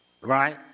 right